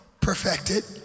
perfected